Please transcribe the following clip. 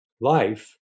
life